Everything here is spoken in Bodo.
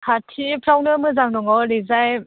खाथिफ्रावनो मोजां दङ ओरैजाय